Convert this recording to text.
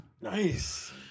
Nice